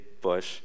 bush